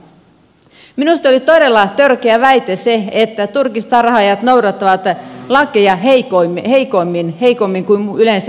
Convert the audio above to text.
minusta oli todella törkeä väite se että turkistarhaajat noudattavat lakeja heikommin kuin ihmiset yleensä